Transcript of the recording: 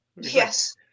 Yes